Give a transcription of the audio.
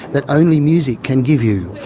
that only music can give you?